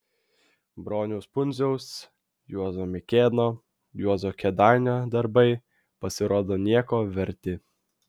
broniaus pundziaus juozo mikėno juozo kėdainio darbai pasirodo nieko verti